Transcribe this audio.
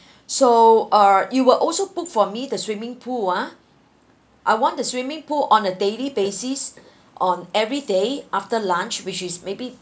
so err you will also book for me the swimming pool ah I want the swimming pool on a daily basis on every day after lunch which is maybe